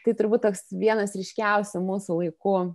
tai turbūt toks vienas ryškiausių mūsų laikų